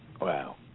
Wow